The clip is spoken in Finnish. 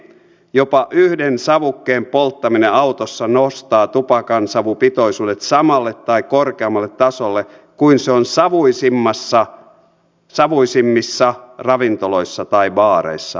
jopa yhden savukkeen polttaminen autossa nostaa tupakansavupitoisuudet samalle tai korkeammalle tasolle kuin se on savuisimmissa ravintoloissa tai baareissa